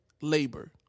labor